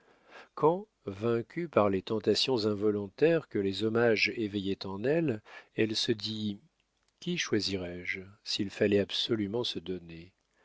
quand vaincue par les tentations involontaires que les hommages éveillaient en elle elle se dit qui choisirais je s'il fallait absolument se donner